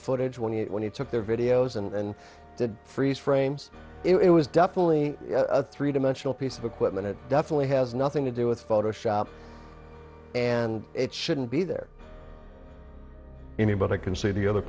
footage when you when you took their videos and did freeze frames it was definitely a three dimensional piece of equipment it definitely has nothing to do with photoshop and it shouldn't be there any but i can see the other